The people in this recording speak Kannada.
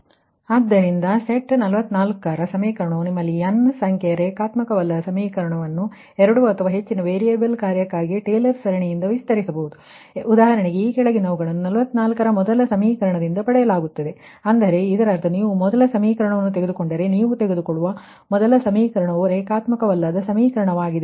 ಆದ್ದರಿಂದ ಸೆಟ್ 44 ರ ಸಮೀಕರಣವು ನಿಮ್ಮಲ್ಲಿ n ಸಂಖ್ಯೆಯ ನನ್ ಲೀನಿಯರ್ ಸಮೀಕರಣವನ್ನು 2 ಅಥವಾ ಹೆಚ್ಚಿನ ವೇರಿಯಬಲ್ನ ಫಂಕ್ಜನ್ ನ್ನು ಟೇಲರ್ ಸರಣಿಯಿಂದ Taylor's seriesವಿಸ್ತರಿಸಬಹುದು ಉದಾಹರಣೆಗೆ ಈ ಕೆಳಗಿನವುಗಳನ್ನು 44 ರ ಮೊದಲ ಸಮೀಕರಣದಿಂದ ಪಡೆಯಲಾಗುತ್ತದೆ ಅಂದರೆ ಇದರರ್ಥ ನೀವು ಆ ಮೊದಲ ಸಮೀಕರಣವನ್ನು ತೆಗೆದುಕೊಂಡರೆ ನೀವು ತೆಗೆದುಕೊಳ್ಳುವ ಮೊದಲ ಸಮೀಕರಣವು ರೇಖಾತ್ಮಕವಲ್ಲದ ಸಮೀಕರಣದವಾಗಿದೆ